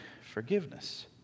forgiveness